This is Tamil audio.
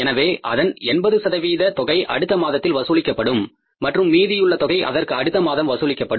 எனவே அதன் 80 சதவீத தொகை அடுத்த மாதத்தில் வசூலிக்கப்படும் மற்றும் மீதியுள்ள தொகை அதற்கு அடுத்த மாதம் வசூலிக்கப்படும்